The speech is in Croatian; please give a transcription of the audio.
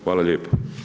Hvala lijepo.